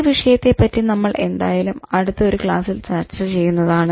ഈ വിഷയത്തെ പറ്റി നമ്മൾ എന്തായാലും അടുത്ത ഒരു ക്ലാസ്സിൽ ചർച്ച ചെയ്യുന്നതാണ്